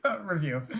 review